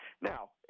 Now